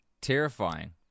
terrifying